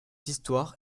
histoire